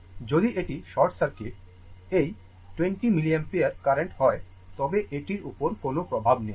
যদি এটি short circuit এই 20 মিলিঅ্যাম্পিয়ার কারেন্ট হয় তবে এটির উপর কোনও প্রভাব নেই